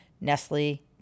Nestle